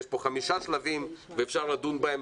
יש פה חמישה שלבים ואפשר לדון בהם,